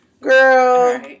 girl